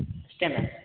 okay ma'am